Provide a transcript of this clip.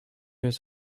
was